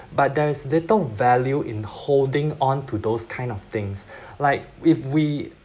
but there is little value in holding on to those kind of things like if we